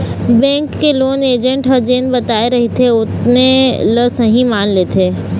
bank के loan agent ह जेन बताए रहिथे ओतने ल सहीं मान लेथे